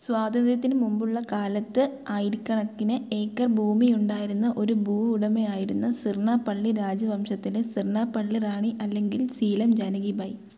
സ്വാതന്ത്ര്യത്തിന് മുമ്പുള്ള കാലത്ത് ആയിരക്കണക്കിന് ഏക്കർ ഭൂമിയുണ്ടായിരുന്ന ഒരു ഭൂ ഉടമയായിരുന്നു സിർണാപ്പള്ളി രാജവംശത്തിലെ സിർണാപ്പള്ളി റാണി അല്ലെങ്കിൽ സീലം ജാനകി ബായി